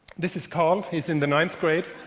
this is karl. he's in the ninth grade.